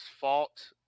fault